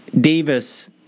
Davis